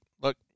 Look